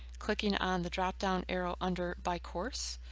clicking on the drop down arrow under by course,